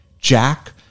jack